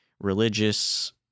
religious